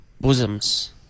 bosoms